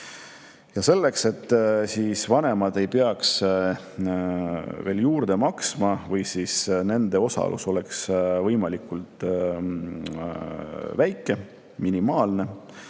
Ja selleks, et vanemad ei peaks veel juurde maksma või et nende osalus oleks võimalikult väike, minimaalne,